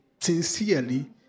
sincerely